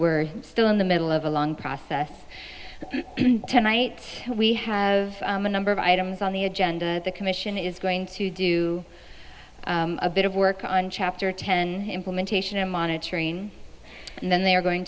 we're still in the middle of a long process tonight we have a number of items on the agenda the commission is going to do a bit of work on chapter ten implementation and monitoring and then they are going